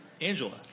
Angela